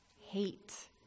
Hate